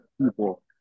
people